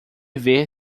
ver